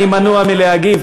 אני מנוע מלהגיב,